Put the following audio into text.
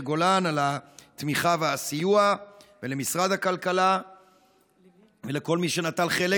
גולן על התמיכה והסיוע ולמשרד הכלכלה ולכל מי שנטל חלק